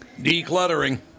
Decluttering